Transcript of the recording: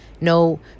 No